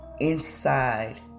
inside